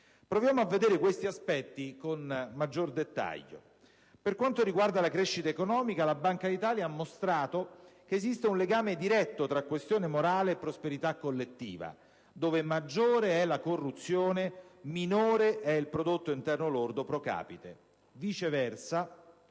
Proviamo a vedere questi aspetti con maggiore dettaglio. Per quanto riguarda la crescita economica, la Banca d'Italia ha mostrato che esiste un legame diretto tra questione morale e prosperità collettiva: dove maggiore è la corruzione, minore è il prodotto interno lordo *pro capite*. Viceversa,